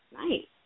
Nice